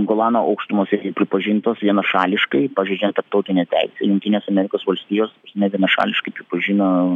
golano aukštumose pripažintos vienašališkai pažeidžia tarptautinę teisę jungtinės amerikos valstijos vienašališkai pripažino